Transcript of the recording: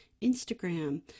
Instagram